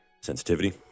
sensitivity